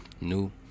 new